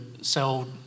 sell